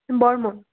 Barman